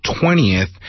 twentieth